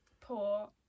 poor